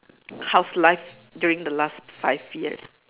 hows life during the last five years